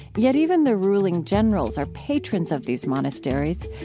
yet even the ruling generals are patrons of these monasteries.